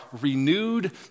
renewed